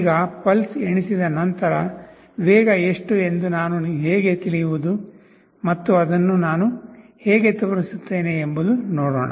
ಈಗ ಪಲ್ಸ್ ಎಣಿಸಿದ ನಂತರ ವೇಗ ಎಷ್ಟು ಎಂದು ನಾನು ಹೇಗೆ ತಿಳಿಯುವುದು ಮತ್ತು ಅದನ್ನು ನಾನು ಹೇಗೆ ತೋರಿಸುತ್ತೇನೆ ಎಂಬುದು ನೋಡೋಣ